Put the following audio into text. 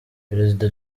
perezida